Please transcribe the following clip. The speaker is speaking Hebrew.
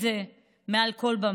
ואנחנו מגנים את זה מעל כל במה.